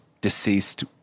deceased